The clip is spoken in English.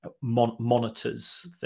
monitors